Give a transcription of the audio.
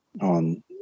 on